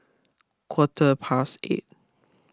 quarter past eight